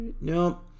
no